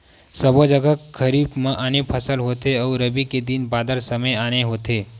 सबो जघा खरीफ म आने फसल होथे अउ रबी के दिन बादर समे आने होथे